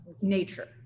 nature